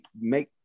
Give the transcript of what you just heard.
make